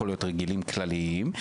יכול להיות רגילים כלליים,